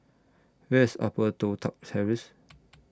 Where IS Upper Toh Tuck Terrace